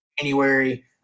January